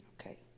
Okay